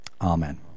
Amen